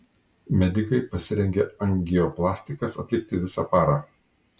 medikai pasirengę angioplastikas atlikti visą parą